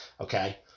okay